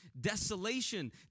desolation